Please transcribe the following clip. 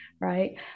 right